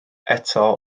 eto